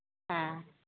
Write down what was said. ᱦᱮᱸ